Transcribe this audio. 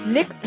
Nick